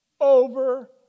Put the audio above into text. Over